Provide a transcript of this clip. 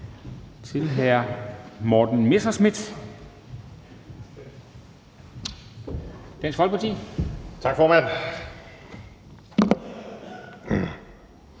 til hr. Morten Messerschmidt, Dansk Folkeparti. Kl.